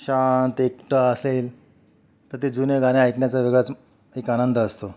शांत एकटं असेल तर ते जुने गाणे ऐकण्याचा वेगळाच एक आनंद असतो